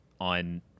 on